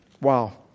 Wow